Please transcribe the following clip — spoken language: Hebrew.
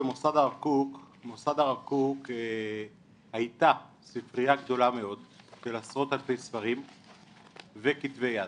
במוסד הרב קוק הייתה ספרייה גדולה מאוד של עשרות אלפי ספרים וכתבי יד.